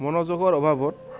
মনোযোগৰ অভাৱত